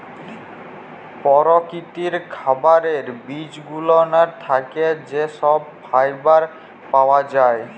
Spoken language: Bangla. পরকিতির খাবারের বিজগুলানের থ্যাকে যা সহব ফাইবার পাওয়া জায়